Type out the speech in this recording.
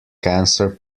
cancer